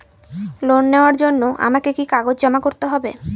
Loan নেওয়ার জন্য আমাকে কি কি কাগজ জমা করতে হবে?